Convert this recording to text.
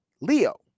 Leo